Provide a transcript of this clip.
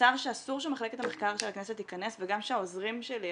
נמסר שאסור שמחלקת המחקר של הכנסת תיכנס וגם שהעוזרים שלי,